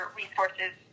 resources